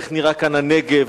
איך נראה כאן הנגב,